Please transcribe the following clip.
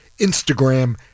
Instagram